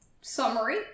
summary